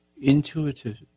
Intuitive